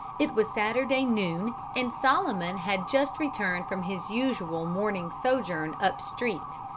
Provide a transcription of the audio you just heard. it was saturday noon, and solomon had just returned from his usual morning sojourn up-street.